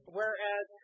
whereas